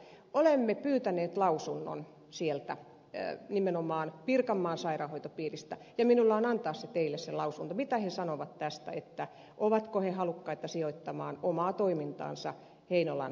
olemme pyytäneet lausunnon sieltä nimenomaan pirkanmaan sairaanhoitopiiristä ja minulla on antaa teille se lausunto mitä he sanovat tästä että ovatko he halukkaita sijoittamaan omaa toimintaansa heinolan sairaalaan